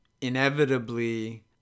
inevitably